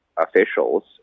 officials